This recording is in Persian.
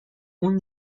اون